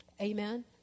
Amen